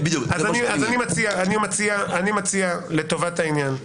אני מציע לטובת העניין,